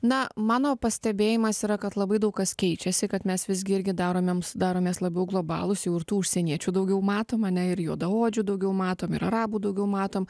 na mano pastebėjimas yra kad labai daug kas keičiasi kad mes visgi irgi daromėms daromės labiau globalūs jau ir tų užsieniečių daugiau matom ane ir juodaodžių daugiau matom ir arabų daugiau matom